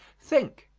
think,